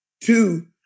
Two